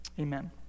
Amen